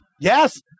Yes